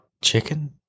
chicken